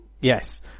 Yes